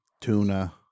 tuna